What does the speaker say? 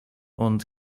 und